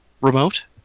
remote